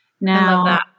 Now